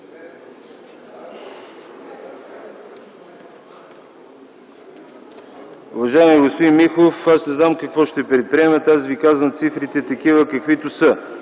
Уважаеми господин Миков, аз не знам какво ще предприемете. Аз Ви казвам цифрите такива, каквито са.